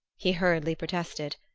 he hurriedly protested.